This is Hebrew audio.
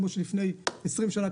כמו לפני 20 שנים,